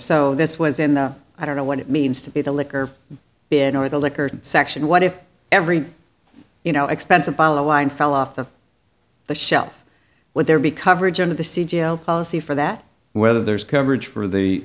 so this was in the i don't know what it means to be the liquor bin or the liquor section what if every you know expensive bottle of wine fell off the shelf would there be coverage of the c g l policy for that whether there is coverage for